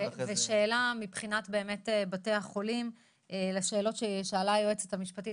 מבחינת בתי החולים לשאלות ששאלה היועצת המשפטית